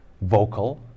vocal